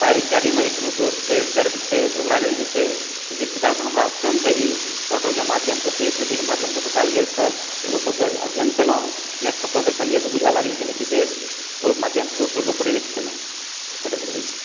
पैर इत्यादिमे कोनो दोष छै या दर्द छै तऽ ओकरा लेल जे छै कि जाहि प्रकारसँ हमरा स्वयंके ही डॉक्टर के माध्यमसँ फिजिओथिरेपी के माध्यमसँ बताएल गेल छल तऽ ओ सब अध्ययन केलहुॅं नेट सब पर देखलियै तऽ बुझऽ लगलियै कनि विशेष ओहि माध्यमसँ दोसरोकऽ प्रेरित केलहुॅं करैत रहै छी